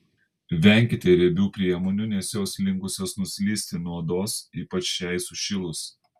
venkite riebių priemonių nes jos linkusios nuslysti nuo odos ypač šiai sušilus